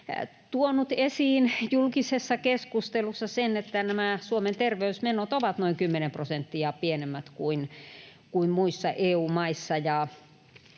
tuonut esiin julkisessa keskustelussa sen, että nämä Suomen terveysmenot ovat noin kymmenen prosenttia pienemmät kuin muissa EU-maissa,